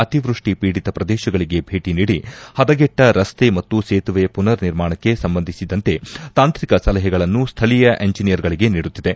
ಅತಿವೃಷ್ಟಿ ಪೀಡಿತ ಪ್ರದೇಶಗಳಿಗೆ ಭೇಟನೀಡಿ ಹದಗೆಟ್ಟ ರಸ್ತೆ ಮತ್ತು ಸೇತುವೆಪುನರ್ ನಿರ್ಮಾಣಕ್ಕೆ ಸಂಬಂಧಿಸಿದಂತೆ ತಾಂತ್ರಿಕ ಸಲಹೆಗಳನ್ನು ಸ್ಥಳೀಯ ಇಂಜಿಯರ್ ಗಳಗೆ ನೀಡುತ್ತಿದೆ